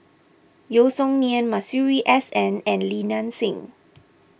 Yeo Song Nian Masuri S N and Li Nanxing